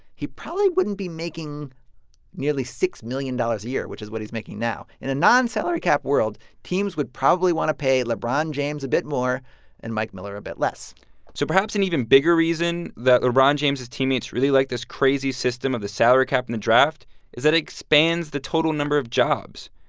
he probably wouldn't be making nearly six million dollars a year, which is what he's making now. in a non-salary cap world, teams would probably want to pay lebron james a bit more and mike miller a bit less so perhaps an even bigger reason that lebron james' teammates really like this crazy system of the salary cap and the draft is it expands the total number of jobs.